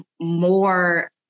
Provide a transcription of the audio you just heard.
more